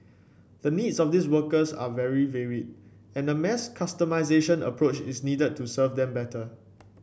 the needs of these workers are very varied and a mass customisation approach is needed to serve them better